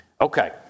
Okay